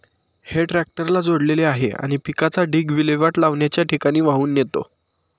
हे ट्रॅक्टरला जोडलेले आहे आणि पिकाचा ढीग विल्हेवाट लावण्याच्या ठिकाणी वाहून नेतो